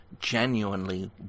genuinely